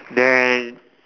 then